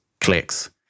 clicks